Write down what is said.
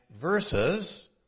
verses